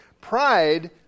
Pride